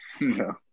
No